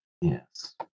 Yes